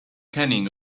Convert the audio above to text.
cunning